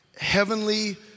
heavenly